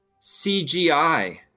CGI